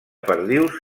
perdius